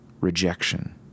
rejection